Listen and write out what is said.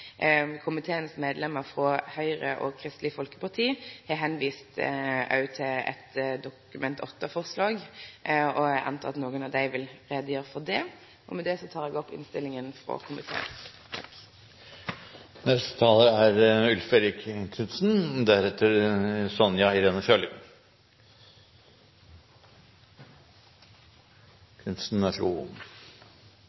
Komiteens medlemer frå Høgre og Kristeleg Folkeparti har òg vist til eit Dokument 8-forslag, og eg går ut frå at dei sjølve vil gjere greie for det. Med det tilrår eg innstillinga frå komiteen. Jeg har noen kommentarer for å supplere saksordføreren. Ordningen med fritt sykehusvalg er